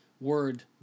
word